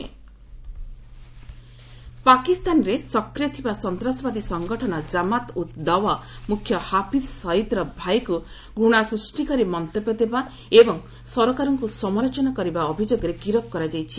ପାକ୍ ଜେୟଡି ପାକିସ୍ତାନରେ ସକ୍ରିୟ ଥିବା ସନ୍ତାସବାଦୀ ସଂଗଠନ ଜାମାତ ଉତ୍ ଦାୱା ମୁଖ୍ୟ ହାଫିକ୍ ସୟିଦ୍ର ଭାଇକୁ ଘୃଣା ସୃଷ୍ଟିକାରୀ ମନ୍ତବ୍ୟ ଦେବା ଏବଂ ସରକାରଙ୍କୁ ସମାଲୋଚନା କରିବା ଅଭିଯୋଗରେ ଗିରଫ କରାଯାଇଛି